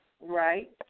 Right